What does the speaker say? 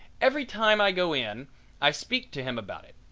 every time i go in i speak to him about it.